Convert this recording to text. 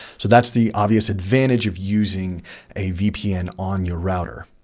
so that's the obvious advantage of using a vpn on your router.